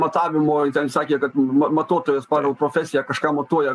matavimui ten sakė kad matuotojas pagal profesiją kažką matuoja